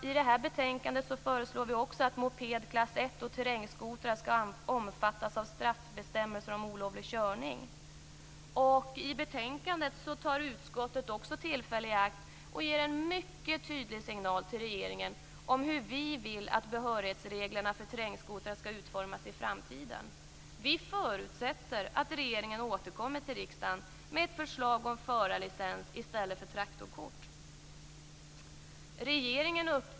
I detta betänkande föreslår vi också att moped klass I och terrängskotrar skall omfattas av straffbestämmelser om olovlig körning. I betänkandet tar vi i utskottet också tillfället i akt att ge en mycket tydlig signal till regeringen om hur vi vill att behörighetsreglerna för terrängskotrar skall utformas i framtiden. Vi förutsätter att regeringen återkommer till riksdagen med ett förslag om förarlicens i stället för traktorkort.